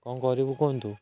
କ'ଣ କରିବୁ କୁହନ୍ତୁ